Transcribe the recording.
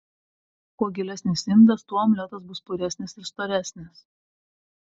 kuo gilesnis indas tuo omletas bus puresnis ir storesnis